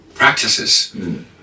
practices